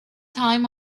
time